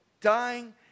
Dying